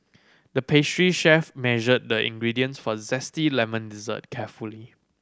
the pastry chef measured the ingredients for zesty lemon dessert carefully